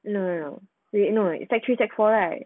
no no no no wait no right sec three sec four right